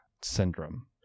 syndrome